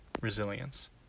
resilience